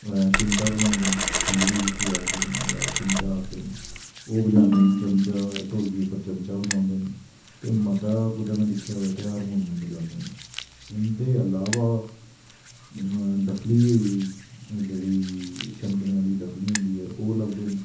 चिमटा बज़ांदे न खंजड़ी जिसी जिसी आखदे न जां चिमटा आखदे न ओह् बड़ादें चमचा ढोलकी पर चमचा बजांदे न ते मता में कुतै दिक्खेआ होऐ तां हरमोनियम बज़ांदे न इंदे इलावा डफली होई जेह्ड़ी शनकनें आह्ॅली डफली होंदी ओह् लभदे न